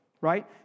Right